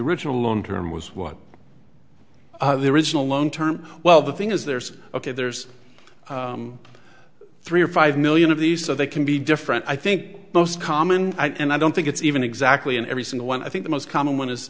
original long term was what their original long term well the thing is there's ok there's three or five million of these or they can be different i think most common and i don't think it's even exactly in every single one i think the most common one is